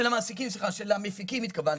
של המעסיקים, סליחה, של המפיקים התכוונתי.